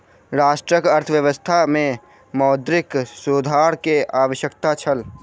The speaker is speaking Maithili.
राष्ट्रक अर्थव्यवस्था में मौद्रिक सुधार के आवश्यकता छल